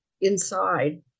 inside